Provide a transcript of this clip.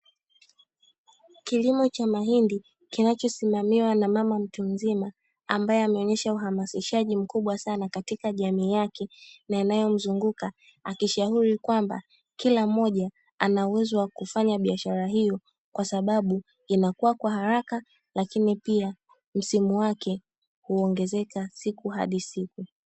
Kilimo cha mahindi kinachosimamiwa na mama mtu mzima, ambaye ameonyesha uhamasishaji mkubwa sana katika jamii yake na inayomzunguka, akishauri kwamba kila mmoja ana uwezo wa kufanya biashara hiyo, kwa sababu inakua kwa haraka, lakini pia msimu wake huongezeka siku hadi siku.